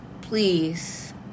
please